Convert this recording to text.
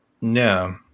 no